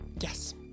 Yes